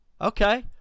Okay